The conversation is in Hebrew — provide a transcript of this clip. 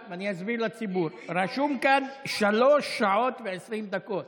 אני אסביר לציבור: רשום כאן שלוש שעות ו-20 דקות.